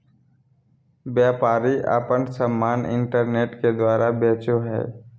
व्यापारी आपन समान इन्टरनेट के द्वारा बेचो हइ